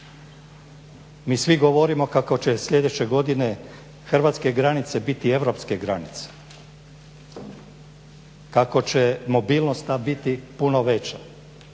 Mi svi govorimo kako će sljedeće godine hrvatske granice biti europske granice, kako će mobilnost ta biti puno veća.